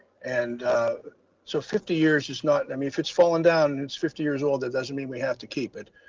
and so fifty years is not, i mean, if it's falling down and it's fifty years old, that doesn't mean we have to keep it.